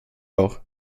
auch